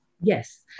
Yes